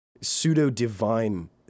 pseudo-divine